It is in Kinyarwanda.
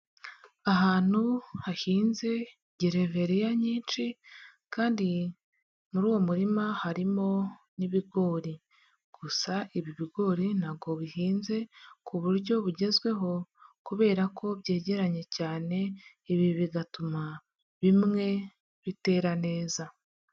Ahantu hahinze gereveriya nyinshi kandi muri uwo murima harimo n'ibigori, gusa ibi bigori ntago bihinze ku buryo bugezweho kubera ko byegeranye cyane, ibi bigatuma bimwe bitera neza.